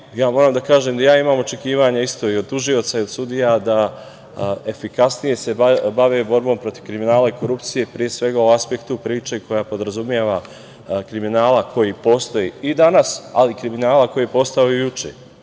Moram da kažem da i ja imam očekivanja isto i od tužioca i od sudija da efikasnije se bave borbom protiv kriminala i korupcije, pre svega u aspektu priče koja podrazumeva kriminal koji postoji i danas, ali kriminala koji je postojao i juče.